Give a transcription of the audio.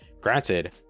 Granted